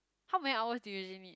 how many hour do you usually need